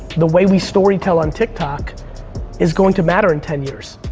the way we story tell on tiktok is going to matter in ten years.